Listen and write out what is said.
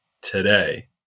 today